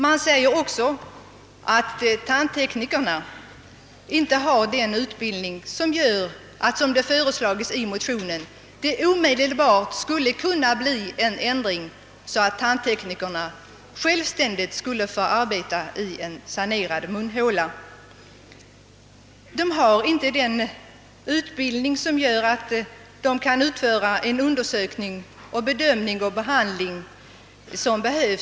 Medicinalstyrelsen påpekar att tandteknikerna inte har den utbildning som möjliggör att det, såsom föreslagits i motionen, omedelbart skulle kunna bli en ändring därhän att tandteknikerna självständigt skulle få arbeta i en sanerad munhåla. De har inte en utbildning som sätter dem i stånd att utföra den undersökning och den bedömning och behandling som behövs.